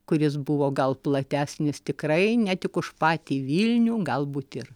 kuris buvo gal platesnis tikrai ne tik už patį vilnių galbūt ir